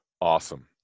Awesome